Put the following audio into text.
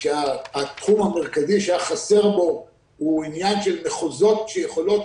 כשהתחום המרכזי שהיה חסר בו הוא עניין של מחוזות שיכולים